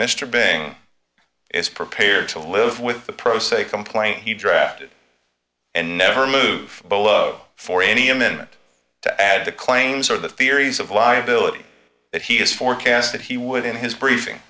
mr being is prepared to live with the pro se complaint he drafted and never move below for any amendment to add to claims or the theories of liability that he has forecast that he would in his briefing